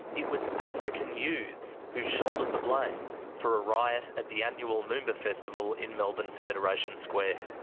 it was african youths who shouldered the blame for a riot at the annual moomba festival in melbourne's federation square.